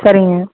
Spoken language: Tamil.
சரிங்க